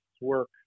work